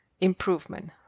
improvement